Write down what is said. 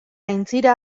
aintzira